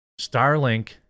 Starlink